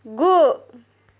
गु